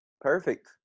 Perfect